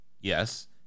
Yes